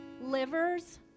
livers